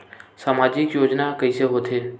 सामजिक योजना कइसे होथे?